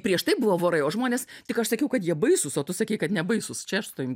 prieš tai buvo vorai o žmonės tik aš sakiau kad jie baisūs o tu sakei kad nebaisūs čia aš su tavim